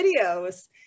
videos